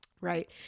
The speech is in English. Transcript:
Right